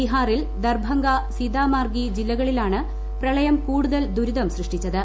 ബീഹാറിൽ ദർഭംഗ സീതാമർഗി ജില്ലകളിലാണ് പ്രളയം കൂടുതൽ ദുരിതം സൃഷ്ടിച്ചത്